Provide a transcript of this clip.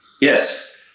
Yes